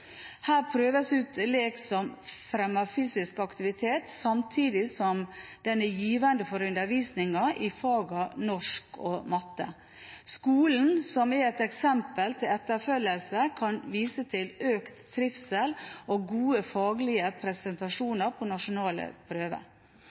Her prøves ut lek som fremmer fysisk aktivitet, samtidig som den er givende for undervisningen i fagene norsk og matte. Skolen, som er et eksempel til etterfølgelse, kan vise til økt trivsel og gode faglige prestasjoner på nasjonale prøver.